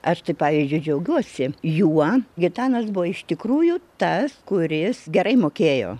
aš tai pavyzdžiui džiaugiuosi juo gitanas buvo iš tikrųjų tas kuris gerai mokėjo